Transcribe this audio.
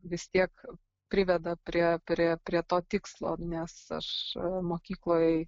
vis tiek priveda prie prie prie to tikslo nes aš mokykloj